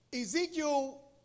Ezekiel